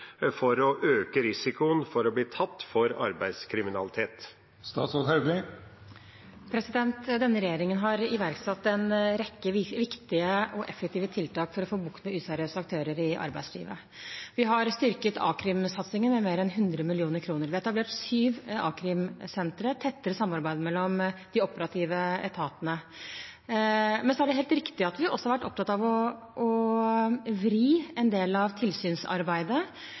for å øke risikoen for å bli tatt for arbeidslivskriminalitet? Denne regjeringen har iverksatt en rekke viktige og effektive tiltak for å få bukt med useriøse aktører i arbeidslivet. Vi har styrket a-krimsatsingen med mer enn 100 mill. kr. Vi har etablert syv a-krimsentre, med tettere samarbeid mellom de operative etatene. Men så er det helt riktig at vi også har vært opptatt av å vri en del av tilsynsarbeidet,